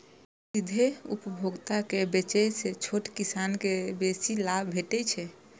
सीधे उपभोक्ता के बेचय सं छोट किसान कें बेसी लाभ भेटै छै